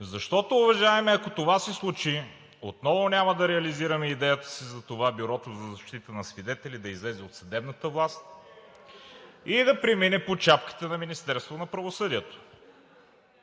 Защото, уважаеми, ако това се случи, отново няма да реализираме идеята си за това Бюрото за защита на свидетели да излезе от съдебната власт и да премине под шапката на Министерството на правосъдието.